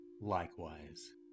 likewise